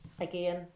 Again